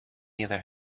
either